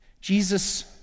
Jesus